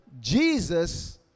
jesus